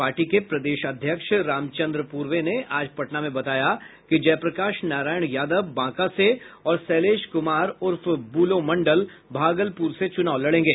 party के प्रदेश अध्यक्ष रामचन्द्र पूर्वे ने आज पटना में बताया कि जयप्रकाश नारायण यादव बांका से और शैलेश कुमार उर्फ बुलो मंडल भागलपुर से चुनाव लड़ेंगे